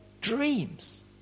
dreams